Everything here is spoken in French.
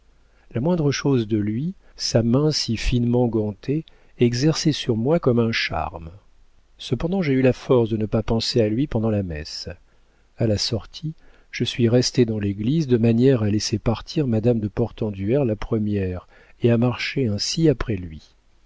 la moindre chose de lui sa main si finement gantée exerçait sur moi comme un charme cependant j'ai eu la force de ne pas penser à lui pendant la messe a la sortie je suis restée dans l'église de manière à laisser partir madame de portenduère la première et à marcher ainsi après lui